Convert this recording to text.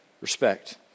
respect